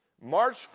March